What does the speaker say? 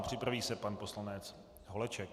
Připraví se pan poslanec Holeček.